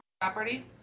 property